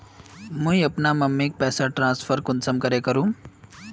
मुई अपना मम्मीक पैसा ट्रांसफर कुंसम करे करूम?